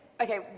okay